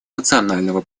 национального